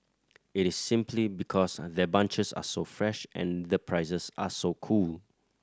it is simply because their bunches are so fresh and the prices are so cool